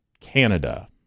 Canada